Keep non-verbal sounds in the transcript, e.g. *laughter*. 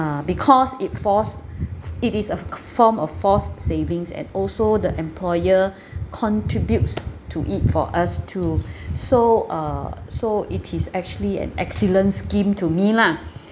err because it force *breath* it is a form of forced savings and also the employer *breath* contributes to it for us too *breath* so uh so it is actually an excellent scheme to me lah